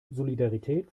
solidarität